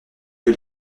que